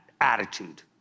attitude